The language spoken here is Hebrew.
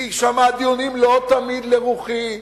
כי שם הדיונים לא תמיד לרוחי.